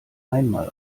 einmal